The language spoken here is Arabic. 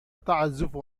تعزف